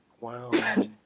Wow